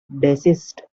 desist